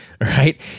right